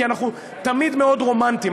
כי אנחנו תמיד מאוד רומנטיים,